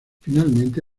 finalmente